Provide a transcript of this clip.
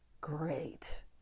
great